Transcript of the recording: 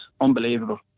unbelievable